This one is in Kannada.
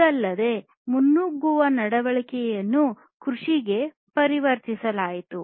ಇದಲ್ಲದೆ ಮುನ್ನುಗ್ಗುವ ನಡವಳಿಕೆಯನ್ನು ಕೃಷಿಗೆ ಪರಿವರ್ತಿಸಲಾಯಿತು